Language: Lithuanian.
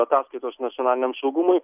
ataskaitos nacionaliniam saugumui